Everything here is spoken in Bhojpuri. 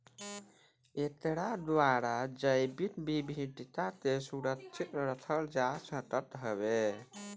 एकरा द्वारा जैविक विविधता के सुरक्षित रखल जा सकत हवे